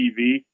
TV